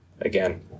again